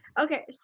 Okay